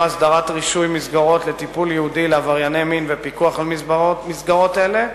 הסדרת רישוי מסגרות לטיפול ייעודי לעברייני מין ופיקוח על מסגרות אלה,